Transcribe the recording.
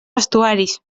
vestuaris